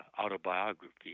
autobiography